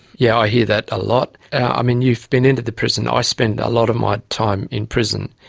yeah i hear that a lot. i mean, you've been into the prison. ah i spend a lot of my time in prison,